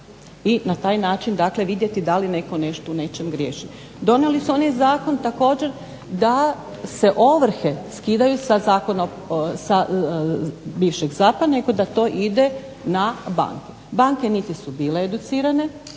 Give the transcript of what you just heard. i na taj način dakle vidjeti da li netko nešto u nečem griješi. Donijeli su oni zakon također da se ovrhe skidaju sa bivšeg …/Ne razumije se./…, da to ide na banke. Banke niti su bile educirane,